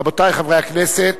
רבותי חברי הכנסת,